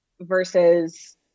versus